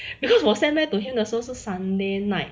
because 我 send back to him 的时候是 sunday night